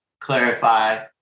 clarify